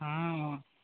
ఆ